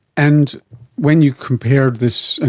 and when you compared this,